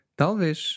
talvez